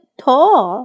tall